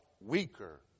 weaker